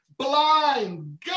blind